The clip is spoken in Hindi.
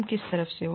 तुम किसकी तरफ से हो